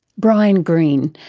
brian greene,